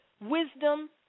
wisdom